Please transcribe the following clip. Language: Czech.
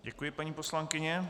Děkuji, paní poslankyně.